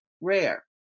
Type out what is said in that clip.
rare